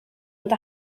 ond